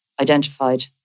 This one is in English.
identified